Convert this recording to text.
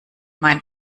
meint